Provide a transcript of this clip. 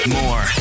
More